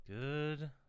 Good